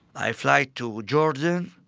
i fly to jordan,